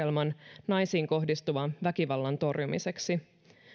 käynnistämässä ohjelman naisiin kohdistuvan väkivallan torjumiseksi